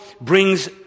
brings